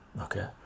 okay